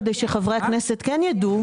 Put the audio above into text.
כדי שחברי הכנסת כן יידעו,